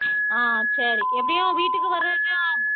ஆ சரி எப்படியும் வீட்டுக்கு வர